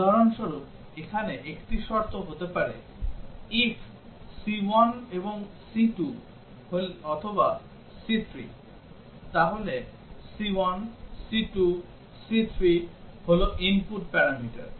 উদাহরণস্বরূপ এখানে একটি শর্ত হতে পারে if c1 এবং c2 অথবা c3 তাহলে c1 c2 c3 হল input প্যারামিটার